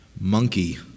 Monkey